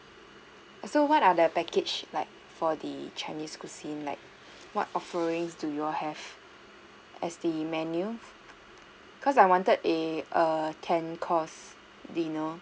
so what are the package like for the chinese cuisine like what offerings do you all have as the menu cause I wanted a a ten course dinner